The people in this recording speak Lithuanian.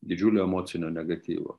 didžiulio emocinio negatyvo